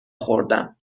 خوردم